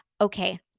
Okay